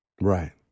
Right